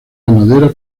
ganadera